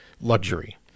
luxury